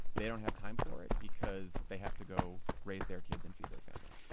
they don't have time for it because they have to go raise their kids and feed their family.